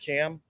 Cam